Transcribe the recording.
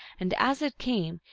and as it came,